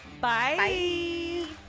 Bye